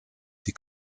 die